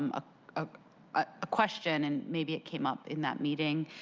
um ah ah a question and maybe it came up in that meeting,